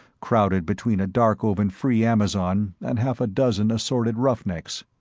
crowded between a darkovan free-amazon and half a dozen assorted roughnecks.